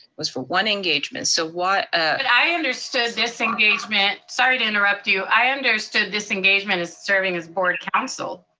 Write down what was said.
was for one engagement. so but ah and i understood this engagement, sorry to interrupt you. i understood this engagement as serving as board council.